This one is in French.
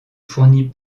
fournit